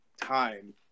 time